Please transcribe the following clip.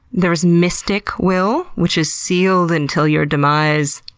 there's mystic will, which is sealed until your demise.